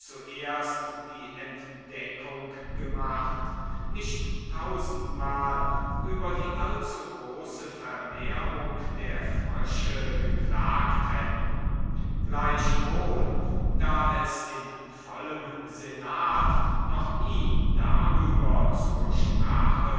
korax die erste entdeckung gemacht nicht tausendmal über die allzugroße vermehrung der frösche geklagt hätten gleichwohl da es in vollem senat noch nie darüber zur sprache